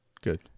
Good